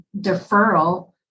deferral